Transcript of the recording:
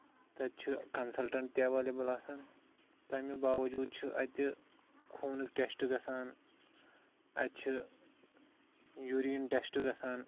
تَتہِ چھُ کَنسلٹنٹ تہِ ایٚولیبٕل آسان تَمہِ باوجوٗد چھُ آتہِ خوٗنُک ٹیسٹ گژھان اَتہِ چھُ یُریٖن ٹیسٹ گژھان